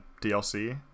DLC